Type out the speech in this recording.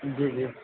جی جی